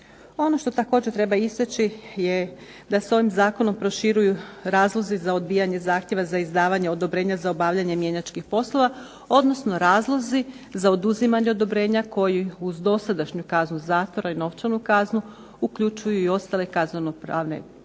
Ono što također treba istaći je da se ovim zakonom proširuju razlozi za odbijanje zahtjeva za izdavanje odobrenja za obavljanje mjenjačkih poslova, odnosno razlozi za oduzimanje odobrenja koji uz dosadašnju kaznu zatvora i novčanu kaznu uključuju i ostale kaznenopravne sankcije.